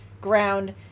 ground